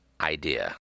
idea